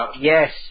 Yes